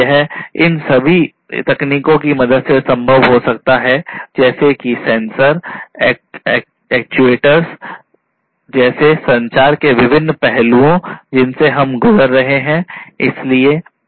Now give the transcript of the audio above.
यह इन सभी तकनीकों की मदद से संभव हो सकता है जैसे कि सेंसर एक्ट्यूएटर्स जैसे संचार के विभिन्न पहलुओं जिनसे हम गुजरे रहे हैं